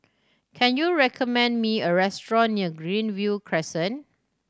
can you recommend me a restaurant near Greenview Crescent